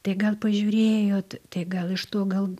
tai gal pažiūrėjot tai gal iš to gal